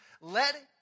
let